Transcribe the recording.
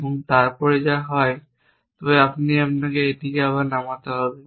যা এর পরে হয় তবে আপনাকে এটি আবার নামাতে হবে